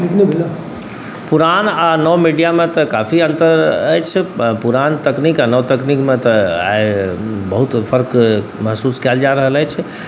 पुरान आओर नव मीडिआमे तऽ काफी अन्तर अछि पुरान तकनीक आओर नव तकनीकमे तऽ आइ बहुत फर्क महसूस कएल जा रहल अछि